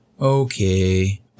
okay